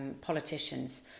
politicians